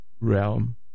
Realm